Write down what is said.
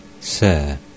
Sir